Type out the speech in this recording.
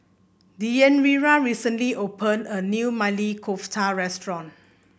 Deyanira recently open a new Maili Kofta Restaurant